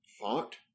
thought